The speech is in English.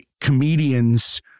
comedians